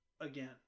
again